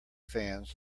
fans